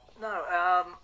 No